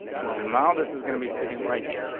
well, now, this is gonna be sitting right here.